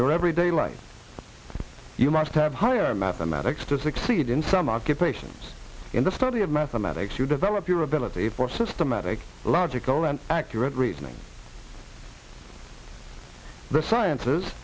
your everyday life you must have higher mathematics to succeed in some occupations in the study of mathematics you develop your ability for systematic logical and accurate reading the science